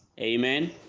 Amen